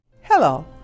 Hello